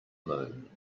moon